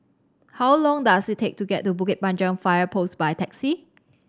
how long does it take to get to Bukit Panjang Fire Post by taxi